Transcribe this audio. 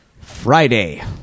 Friday